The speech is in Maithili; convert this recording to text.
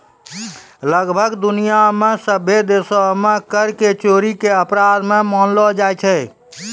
लगभग दुनिया मे सभ्भे देशो मे कर के चोरी के अपराध मानलो जाय छै